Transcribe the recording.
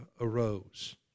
arose